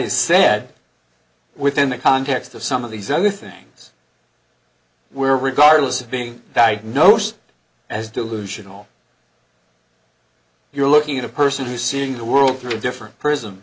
is said within the context of some of these other things where regardless of being diagnosed as delusional you're looking at a person who's seeing the world through a different pris